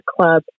club